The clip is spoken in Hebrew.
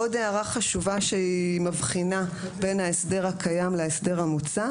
עוד הערה חשובה שמבחינה בין ההסדר הקיים להסדר המוצע.